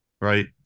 right